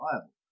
liable